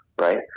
right